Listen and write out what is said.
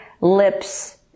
lips